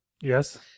yes